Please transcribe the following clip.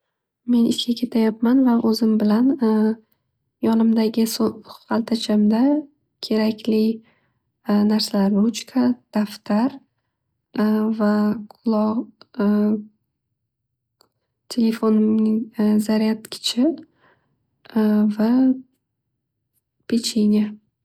Men ishga ketayabman va o'zim bilan yonimdagi so'- haltachamda kerakli narsalar ruchka, daftar, va quloq telefonimning zaryadchiki va pecheniya.